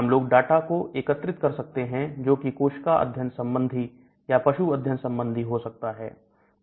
हमलोग डाटा को एकत्रित कर सकते हैं जो कोशिका अध्ययन संबंधी या पशु अध्ययन संबंधी हो सकता है